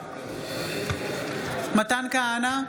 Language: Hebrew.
בעד מתן כהנא,